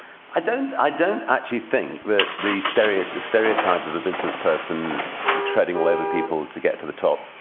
i don't i don't actually think that the stereotype the stereotype of a businessperson treading all over people to get to the top,